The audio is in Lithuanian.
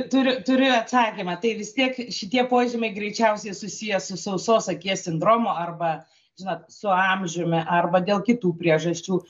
turiu turiu atsakymą tai vis tiek šitie požymiai greičiausiai susiję su sausos akies sindromu arba žinot su amžiumi arba dėl kitų priežasčių